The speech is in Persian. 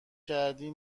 کردی